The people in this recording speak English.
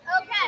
Okay